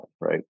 right